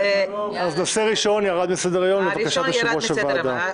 הנושא הראשון ירד מסדר היום לבקשת יושב-ראש הוועדה.